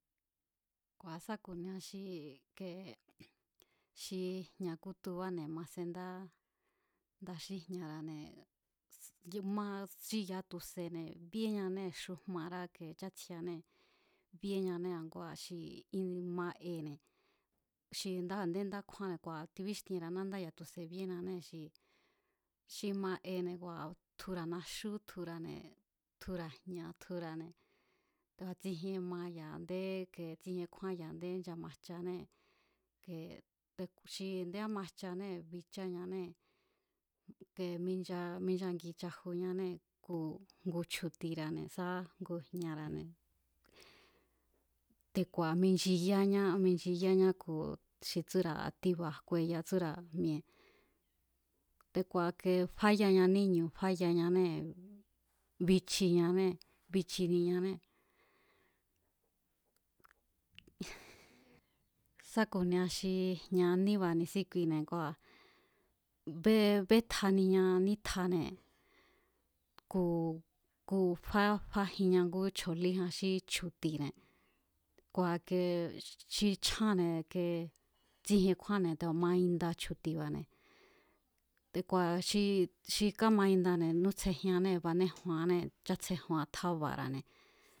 Kua̱ sá ku̱nia xi ike xi jña̱ kútubane̱ ma sendá nda xíjña̱a̱ne̱ ma, xi ya̱a tu̱se̱ne̱ bíeñanee̱ xujmará ikie chátsjieanée̱, bíéñanée̱ a̱ngúa̱ xi ma'ene̱ xi ndá a̱nde ndá kjúénne̱ kua̱ tibíxtienra̱a nándá ya̱a tu̱se̱ bíeñánee̱ xi xi maene̱ kua̱ tjura̱ naxú tjura̱ne̱ tjura̱ jña̱ tjura̱ne̱ te̱ku̱a̱ tsijien ma ya̱a a̱nde ke tsjienkjúan ya̱a a̱ndé nchamajchanée̱ ke xi a̱nde ámajchanée̱ bicháñanée̱ ke mincha minchangi chajuñanée̱ ku̱ ngu chju̱ti̱ra̱ne̱ sá ngu jña̱ra̱ne̱, te̱ku̱a̱ minchiyáña, minchiyáñá ku̱ xi tsúra̱ ti̱ba̱ jkueya tsúra̱ mi̱e̱, te̱ku̱a̱ ke fáyaña ní'ñu̱ fayañanée̱, bichiñanée̱, bichiñanée̱. sá ku̱nia xi jña̱ aníba̱ ni̱síkuine̱ ngua̱ bé bétjaniña nítjane̱ ku̱ ku̱fájinña ngú chjo̱líjan xí chju̱ti̱ne̱ kua̱ kee xi chjánne̱ kee tsijien kjúánne̱ te̱ku̱a̱ mainda chju̱ti̱ba̱ne̱ te̱ku̱a̱ xi xi kámaindane̱ nútsjejiannée̱ banéjuannée̱, chátsjejuan tjába̱ra̱ne̱.